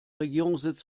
regierungssitz